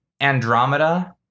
andromeda